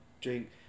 drink